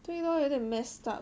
对 lor 有一点 messed up